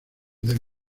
del